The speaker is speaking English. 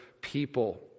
people